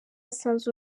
asanze